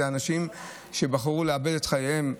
זה אנשים שבחרו לאבד את חייהם,